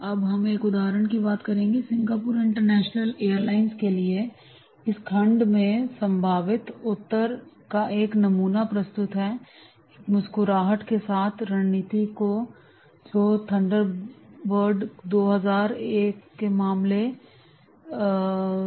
अब हम इस उदाहरण की बात करेंगे सिंगापुर इंटरनेशनल एयरलाइंस के लिए इस खंड में संभावित उत्तर का एक नमूना प्रस्तुत किया गया है एक मुस्कुराहट के साथ रणनीति जो थंडरबर्ड दो हजार एक के मामले में है